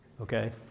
okay